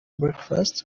breakfast